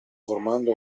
formando